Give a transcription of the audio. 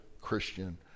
Christian